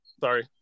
Sorry